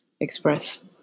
express